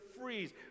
freeze